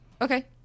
Okay